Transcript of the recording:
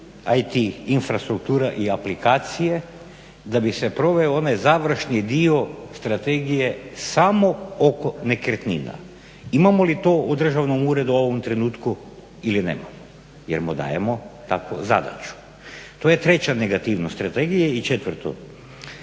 infrastruktura i aplikacije da bi se proveo onaj završni dio strategije samo oko nekretnina. Imamo li to u Državnom uredu u ovom trenutku ili nemamo. Jer mu dajemo takvu zadaću. To je treća negativnost strategije. I četvrtu,